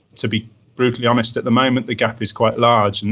to be brutally honest, at the moment the gap is quite large, and